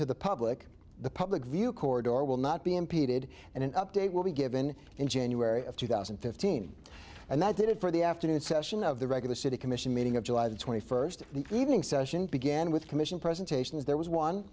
to the public the public view corridor will not be impeded and an update will be given in january of two thousand and fifteen and that did it for the afternoon session of the regular city commission meeting of july the twenty first the evening session began with commission presentations there was one